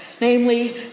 namely